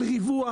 על ריווח,